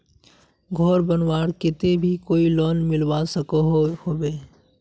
घोर बनवार केते भी कोई लोन मिलवा सकोहो होबे?